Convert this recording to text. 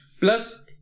Plus